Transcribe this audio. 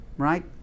Right